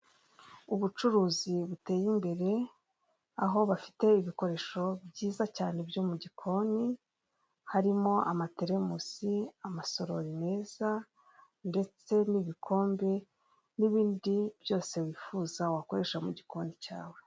Uruganda rw'amata, utubuni turi mu gatajeri rw'ibara ry'umweru turimo amata, igikoresho babikamo amata kiri iruhande rwabyo.